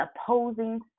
opposing